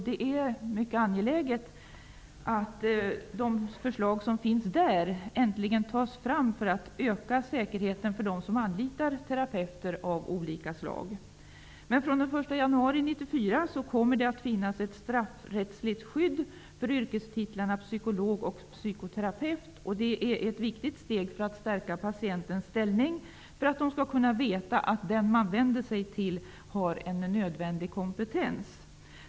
Det är angeläget att de förslag som finns där äntligen tas fram för att öka säkerheten för dem som anlitar terapeuter av olika slag. Från den 1 januari 1994 kommer det att finnas straffrättsligt skydd för yrkestitlarna psykolog och psykoterapeut. Det är ett viktigt steg för att stärka patientens ställning, att patienten skall kunna veta att den man vänder sig till har nödvändig kompetens.